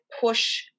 push